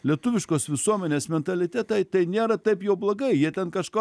lietuviškos visuomenės mentalitetai tai nėra taip jau blogai jie ten kažko